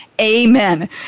amen